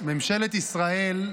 ממשלת ישראל,